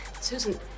Susan